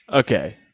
Okay